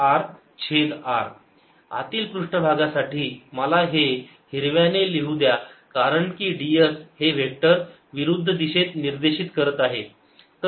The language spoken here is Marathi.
dS4πCe λr आतील पृष्ठ भागासाठी मला हे हिरव्या ने लिहून द्या कारण की d s हे वेक्टर विरुद्ध दिशेत निर्देशीत करत आहे